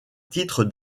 titre